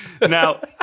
now